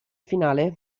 finale